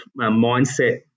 mindset